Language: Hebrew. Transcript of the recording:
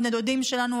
בני הדודים שלנו,